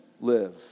live